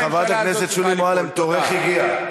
חברת הכנסת שולי מועלם, תורך הגיע.